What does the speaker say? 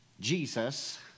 Jesus